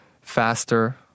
faster